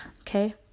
Okay